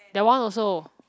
that one also